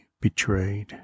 betrayed